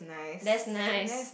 that's nice